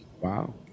wow